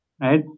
Right